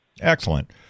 Excellent